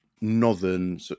northern